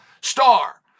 star